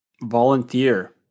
volunteer